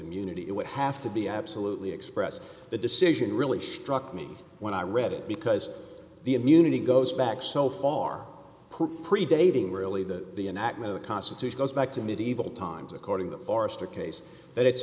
immunity it would have to be absolutely express the decision really struck me when i read it because the immunity goes back so far predating really the the enactment of constitution goes back to medieval times according to forrester case that it's